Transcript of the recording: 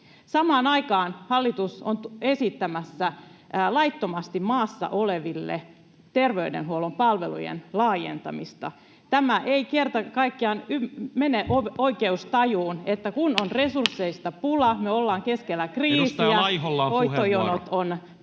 Samaan aikaan hallitus on esittämässä laittomasti maassa oleville terveydenhuollon palvelujen laajentamista. Tämä ei kerta kaikkiaan mene oikeustajuun, [Veronika Honkasalon välihuuto — Hälinää